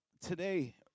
today